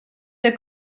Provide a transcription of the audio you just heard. der